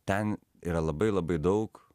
ten yra labai labai daug